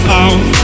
out